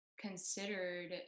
considered